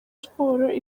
sports